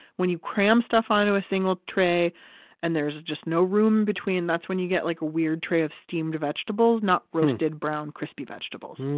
when you cram stuff onto a single tray and there's just no room between, that's when you get like a weird tray of steamed vegetables, not roasted brown crispy vegetables.